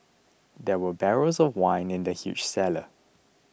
there were barrels of wine in the huge cellar